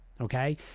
okay